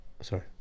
sorry